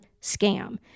scam